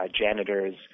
janitors